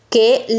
che